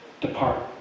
depart